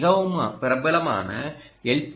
மிகவும் பிரபலமான எல்